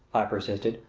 i persisted,